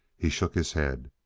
he shook his head.